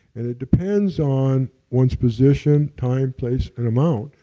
and it depends on one's position, time, place and amount.